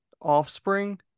offspring